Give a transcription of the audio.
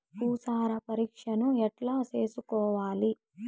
భూసార పరీక్షను ఎట్లా చేసుకోవాలి?